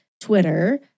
Twitter